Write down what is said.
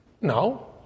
No